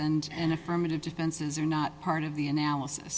and an affirmative defenses are not part of the analysis